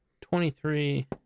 Twenty-three